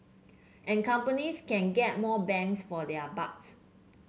and companies can get more bangs for their bucks